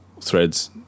threads